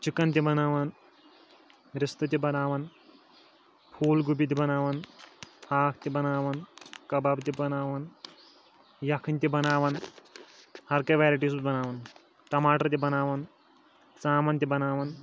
chicken تہِ بناوَان رِستہٕ تہِ بناوان پھوٗل گوبی تہِ بناوان ہاکھ تہِ بناوان کباب تہِ بناوان یکھٕنۍ تہِ بناوان ہَر کیٚنٛہہ وٮ۪رایٹی چھُس بہٕ بناوان ٹماٹر تہِ بناوان ژامَن تہِ بناوان